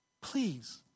please